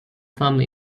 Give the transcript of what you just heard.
firmly